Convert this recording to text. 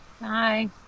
Bye